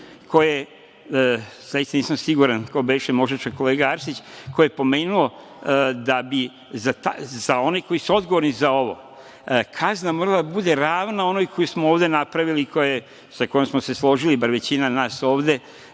ko je, zaista nisam siguran ko beše, možda čak kolega Arsić, pomenuo da bi za one koji su odgovorni za ovo kazna morala da bude ravna onoj koju smo ovde napravili i sa kojom smo se složili, većina nas ovde,